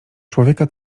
człowieka